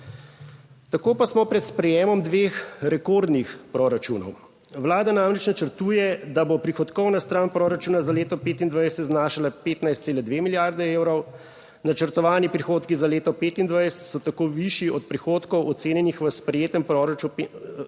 Tako pa smo pred sprejemom dveh rekordnih proračunov. Vlada namreč načrtuje, da bo prihodkovna stran proračuna za leto 2025 znašala 15,2 milijardi evrov. Načrtovani prihodki za leto 2025 so tako višji od prihodkov, ocenjenih v sprejetem proračunu, v sprejetem